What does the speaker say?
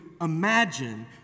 imagine